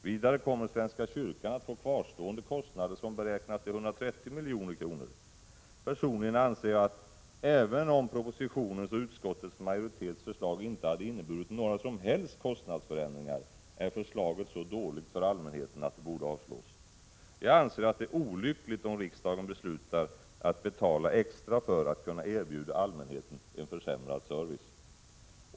Vidare kommer svenska kyrkan att få kvarstående kostnader som beräknas till 130 milj.kr. Personligen anser jag att förslaget, även om propositionens och utskottsmajoritetens förslag inte hade inneburit några som helst kostnadsförändringar, är så dåligt för allmänheten att det borde avslås. Jag anser att det är olyckligt om riksdagen beslutar att betala extra för att kunna erbjuda allmänheten en försämrad service.